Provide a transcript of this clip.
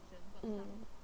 mm